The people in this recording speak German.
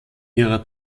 ihrer